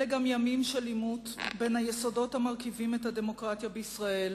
אלה גם ימים של עימות בין היסודות המרכיבים את הדמוקרטיה בישראל,